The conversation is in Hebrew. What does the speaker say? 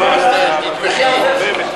נא לשבת.